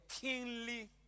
kingly